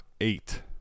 eight